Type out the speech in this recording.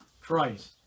Christ